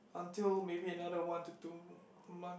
until maybe another one to two month